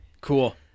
Cool